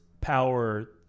power